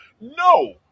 No